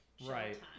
right